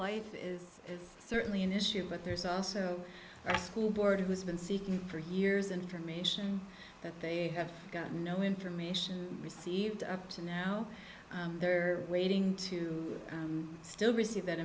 life is certainly an issue but there's also a school board who's been seeking for years information that they have no information received up to now they're waiting to still receive that